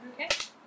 Okay